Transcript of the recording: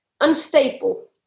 unstable